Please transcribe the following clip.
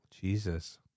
Jesus